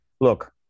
look